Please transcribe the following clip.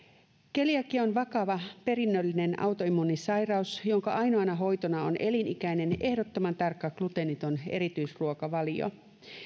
keliakia on vakava perinnöllinen autoimmuunisairaus jonka ainoana hoitona on elinikäinen ehdottoman tarkka gluteeniton erityisruokavalio